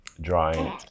drawing